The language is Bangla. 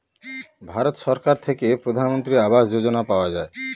ভারত সরকার থেকে প্রধানমন্ত্রী আবাস যোজনা পাওয়া যায়